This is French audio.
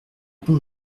pont